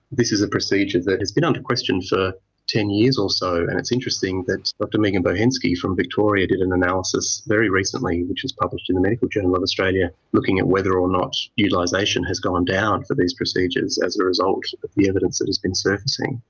this is a procedure that has been under question for ten years or so, and it's interesting that dr megan bohensky from victoria did an analysis very recently which is published in the medical journal of australia looking at whether or not utilisation has gone down for these procedures as a result of the evidence that has been surfacing.